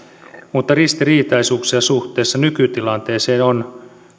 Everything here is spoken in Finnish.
mutta ristiriitaisuuksia suhteessa nykytilanteeseen on